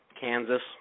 Kansas